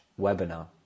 webinar